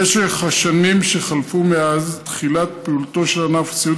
במשך השנים שחלפו מאז תחילת פעילותו של ענף הסיעוד